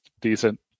decent